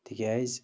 تِکیٛازِ